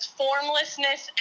formlessness